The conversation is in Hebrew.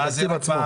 זה בתקציב עצמו.